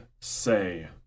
say